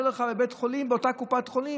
לך בית חולים אחר באותה קופת חולים.